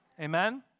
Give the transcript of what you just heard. Amen